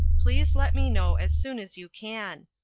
pleas let me know as soon as you can.